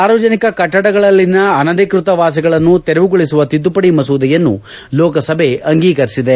ಸಾರ್ವಜನಿಕ ಕಟ್ಟಡಗಳಲ್ಲಿನ ಅನಧಿಕೃತ ವಾಸಿಗಳನ್ನು ತೆರವುಗೊಳಿಸುವ ತಿದ್ದುಪದಿ ಮಸೂದೆಯನ್ನು ಲೋಕಸಭೆ ಅಂಗೀಕರಿಸಿದೆ